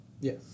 Yes